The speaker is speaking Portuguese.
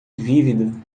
vívido